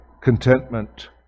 contentment